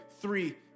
three